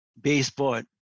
baseboard